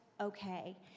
okay